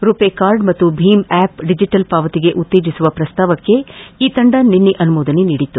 ರುಪೆ card ಮತ್ತು ಭೀಮ್ app digital ಪಾವತಿಗೆ ಉತ್ತೇಜಿಸುವ ಪ್ರಸ್ತಾವಕ್ಕೆ ಈ ತಂಡ ನಿನ್ನೆ ಅನುಮೋದನೆ ನೀಡಿತ್ತು